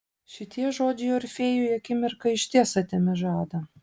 šitie žodžiai orfėjui akimirką išties atėmė žadą